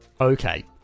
Okay